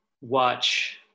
watch